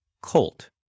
Colt